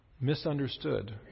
misunderstood